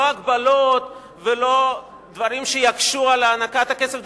לא הגבלות ולא דברים שיקשו על הענקת הכסף,